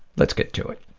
let's get to it.